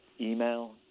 email